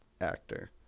actor